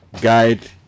guide